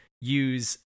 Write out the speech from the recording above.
use